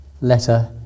letter